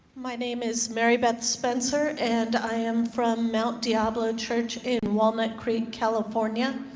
my name is mary beth spencer and i am from mounted diablo church in walnut creek, california.